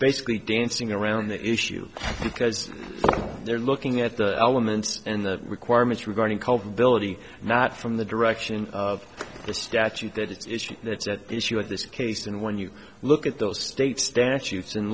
basically dancing around the issue because they're looking at the elements and the requirements regarding culpability not from the direction of the statute that it's that's at issue at this case and when you look at those state statutes and